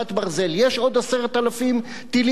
יש עוד 10,000 טילים בלבנון,